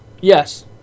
Yes